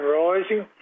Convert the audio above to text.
rising